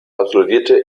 absolvierte